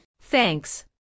Thanks